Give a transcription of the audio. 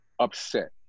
upset